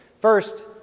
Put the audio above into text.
First